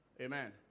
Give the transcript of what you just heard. Amen